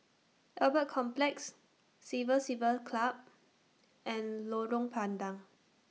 Albert Complex Civil Service Club and Lorong